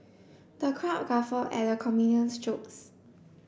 the crowd guffawed at the comedian's jokes